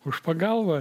už pagalbą